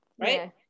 right